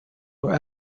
were